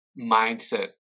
mindset